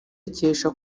akesha